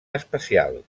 especial